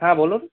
হ্যাঁ বলুন